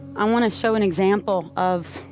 i want to show an example of